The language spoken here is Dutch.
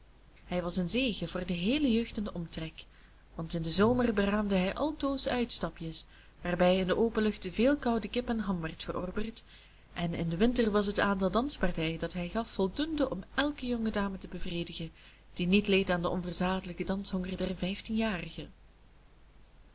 hij was een zegen voor de heele jeugd in den omtrek want in den zomer beraamde hij altoos uitstapjes waarbij in de open lucht veel koude kip en ham werd verorberd en in den winter was het aantal danspartijen dat hij gaf voldoende om elke jonge dame te bevredigen die niet leed aan den onverzadelijken danshonger der vijftienjarigen